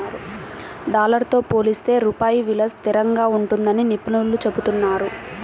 dollar తో పోలిస్తే రూపాయి విలువ స్థిరంగా ఉంటుందని నిపుణులు చెబుతున్నారు